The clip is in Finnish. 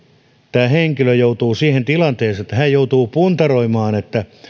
tämä henkilö joutuu siihen tilanteeseen että hän joutuu puntaroimaan että